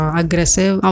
aggressive